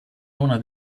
una